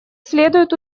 следует